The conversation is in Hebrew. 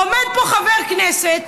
עומד פה חבר כנסת,